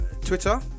Twitter